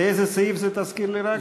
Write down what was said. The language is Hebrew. לאיזה סעיף זה, תזכיר לי רק?